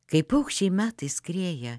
kaip paukščiai metai skrieja